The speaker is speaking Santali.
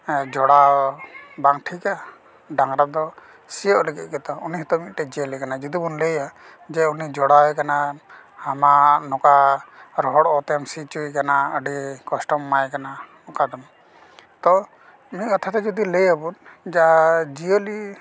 ᱡᱚᱲᱟᱣ ᱵᱟᱝᱴᱷᱤᱠᱟ ᱰᱟᱝᱨᱟ ᱫᱚ ᱥᱤᱭᱟᱹᱜ ᱞᱟᱹᱜᱤᱫ ᱜᱮᱛᱚ ᱩᱱᱤ ᱱᱤᱛᱟᱹᱜ ᱢᱤᱫᱴᱟᱝ ᱡᱤᱭᱟᱹᱞᱤ ᱠᱟᱱᱟᱭᱡᱩᱫᱤ ᱵᱚᱱ ᱞᱟᱹᱭᱟ ᱡᱮ ᱩᱱᱤ ᱡᱚᱲᱟᱣ ᱮ ᱠᱟᱱᱟᱢ ᱦᱟᱢᱟᱞ ᱱᱚᱠᱟ ᱨᱚᱦᱚᱲ ᱚᱛᱮᱢ ᱥᱤ ᱪᱚᱭᱮ ᱠᱟᱱᱟ ᱟᱹᱰᱤ ᱠᱚᱥᱴᱚᱢ ᱮᱢᱟᱭ ᱠᱟᱱᱟ ᱚᱱᱠᱟ ᱫᱚ ᱵᱟᱝ ᱛᱚ ᱢᱤᱫ ᱠᱟᱛᱷᱟ ᱛᱮ ᱡᱩᱫᱤ ᱞᱟᱹᱭᱟᱵᱚᱱ ᱡᱟ ᱡᱤᱭᱟᱹᱞᱤ